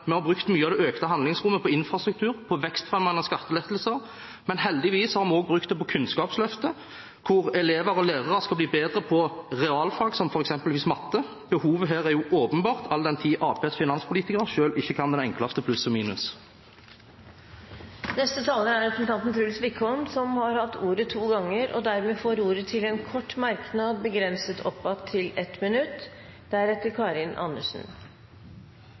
vi har brukt mye av det økte handlingsrommet på infrastruktur og vekstfremmende skattelettelser, men heldigvis har vi også brukt det på Kunnskapsløftet, hvor elever og lærer skal bli bedre på realfag, som f.eks. matematikk. Behovet for det er jo åpenbart, all den tid Arbeiderpartiets finanspolitikere ikke kan det enkleste: pluss og minus. Representanten Truls Wickholm har hatt ordet to ganger tidligere og får ordet til en kort merknad, begrenset til 1 minutt.